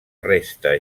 resta